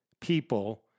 people